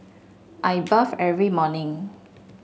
I bathe every morning